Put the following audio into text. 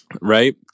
right